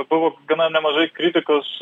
buvo gana nemažai kritikos